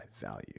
value